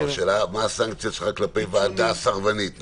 השאלה מה הסנקציה שלך כלפי ועדה סרבנית נגיד?